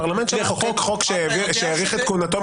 מה אותו משפטן חוקתי יאמר?